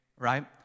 Right